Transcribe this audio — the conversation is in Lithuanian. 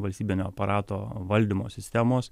valstybinio aparato valdymo sistemos